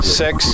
six